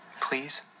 Please